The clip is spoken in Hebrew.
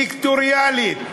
סקטוריאלית.